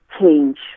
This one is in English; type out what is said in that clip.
change